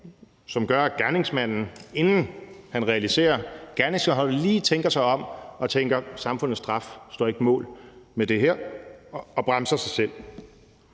som gør, at gerningsmanden, inden han realiserer gerningen, lige tænker sig om og tænker, at samfundets straf ikke står mål med det her, og bremser sig selv.